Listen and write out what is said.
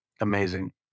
Amazing